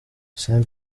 sean